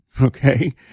Okay